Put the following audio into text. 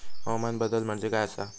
हवामान बदल म्हणजे काय आसा?